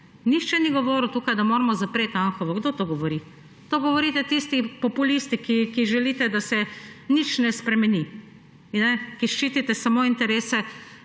Nihče ni govoril tukaj, da moramo zapreti Anhovo. Kdo to govori? To govorite tisti populisti, ki želite, da se nič ne spremeni, ki ščitite samo interese